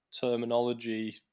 terminology